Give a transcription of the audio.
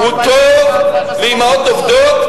הוא טוב לאמהות עובדות,